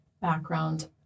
background